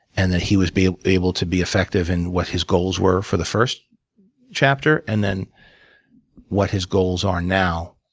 and that he would be able to be effective in what his goals were for the first chapter, and then what his goals are now,